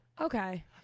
Okay